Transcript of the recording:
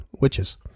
witches